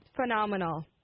Phenomenal